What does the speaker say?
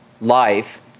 life